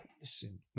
listen